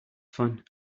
fun